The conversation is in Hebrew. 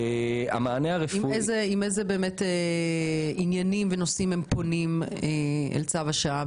עם אילו עניינים הם פונים אל צו השעה?